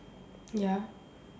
ya